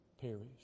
perish